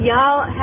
Y'all